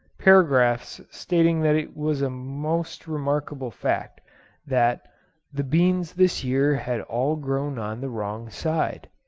paragraphs stating that it was a most remarkable fact that the beans this year had all grown on the wrong side.